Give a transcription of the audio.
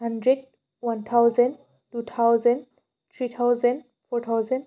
hundred one thousand two thousand three thousand four thousand